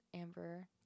amber